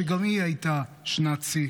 שגם היא הייתה שנת שיא.